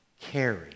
carry